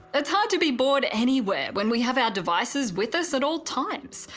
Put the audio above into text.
it's hard to be bored anywhere when we have our devices with us at all times.